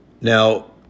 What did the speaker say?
Now